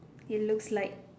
it looks like